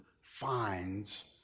finds